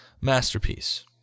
masterpiece